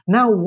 Now